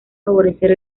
favorecer